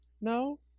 No